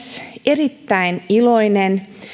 erittäin iloinen